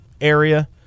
area